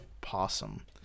possum